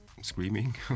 screaming